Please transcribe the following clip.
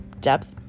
depth